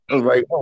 Right